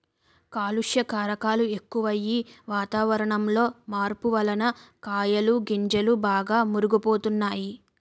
కాలుష్య కారకాలు ఎక్కువయ్యి, వాతావరణంలో మార్పు వలన కాయలు గింజలు బాగా మురుగు పోతున్నాయి